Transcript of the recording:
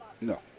No